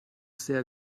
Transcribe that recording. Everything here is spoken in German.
sehr